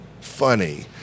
funny